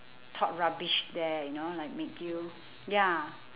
talk rubbish there you know like make you ya